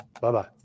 Bye-bye